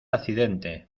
accidente